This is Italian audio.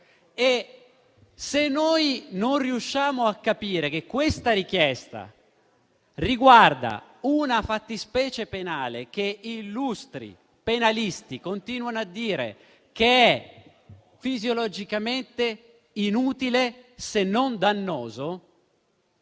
E, se noi non riusciamo a capire che questa richiesta riguarda una fattispecie penale che illustri penalisti continuano a dire che è fisiologicamente inutile, se non dannosa,